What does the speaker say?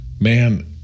man